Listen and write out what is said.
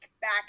back